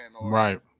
Right